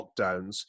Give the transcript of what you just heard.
lockdowns